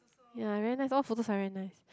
ya very nice all her photos are very nice